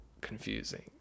confusing